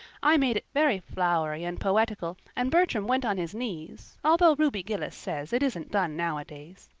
i made it very flowery and poetical and bertram went on his knees, although ruby gillis says it isn't done nowadays.